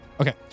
Okay